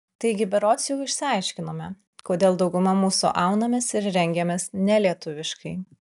taigi berods jau išsiaiškinome kodėl dauguma mūsų aunamės ir rengiamės nelietuviškai